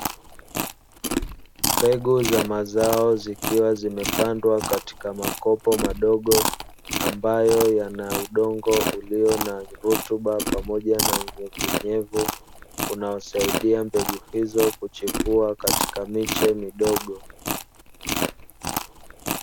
Mbegu za mazao zikiwa zimepandwa Katika makopo madogo ambayo yana udongo wenye rutuba, pamoja na unyevu unyevu unaosaidia mbegu hizo kuchepua katika miche midogo.